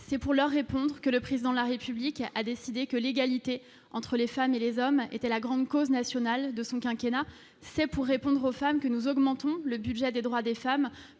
c'est pour leur répondre que le président de la République a décidé que l'égalité entre les femmes et les hommes étaient la grande cause nationale de son quinquennat c'est pour répondre aux femmes que nous augmentons le budget des droits des femmes